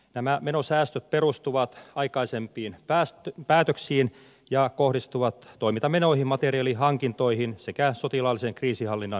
nämä menosäästöt perustuvat aikaisempiin päätöksiin ja kohdistuvat toimintamenoihin materiaalihankintoihin sekä sotilaallisen kriisinhallinnan menoihin